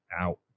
out